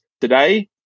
today